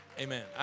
Amen